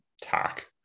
tack